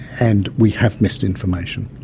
and we have missed information.